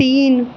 तीन